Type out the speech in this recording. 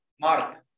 mark